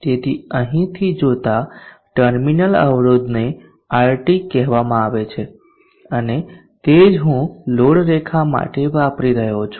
તેથી અહીંથી જોતા ટર્મિનલ અવરોધને RT કહેવામાં આવે છે અને તે જ હું લોડ રેખા માટે વાપરી રહ્યો છું